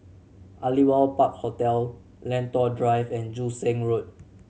Aliwal Park Hotel Lentor Drive and Joo Seng Road